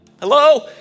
Hello